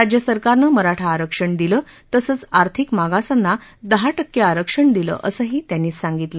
राज्य सरकारनं मराठा आरक्षण दिलं तसंच आर्थिक मागासांना दहा टक्के आरक्षण दिलं असंही त्यानी सांगितलं